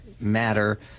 matter